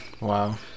Wow